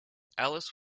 alice